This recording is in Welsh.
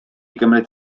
gymryd